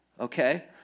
Okay